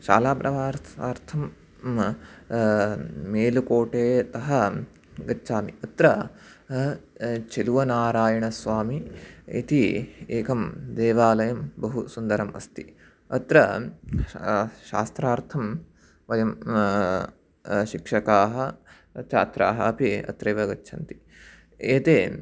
शालाप्रवासार्थं मेलुकोटेतः गच्छामि अत्र चेलुवनारायणस्वामी इति एकं देवालयं बहु सुन्दरम् अस्ति अत्र शास्त्रार्थं वयं शिक्षकाः छात्राः अपि अत्रैव गच्छन्ति एते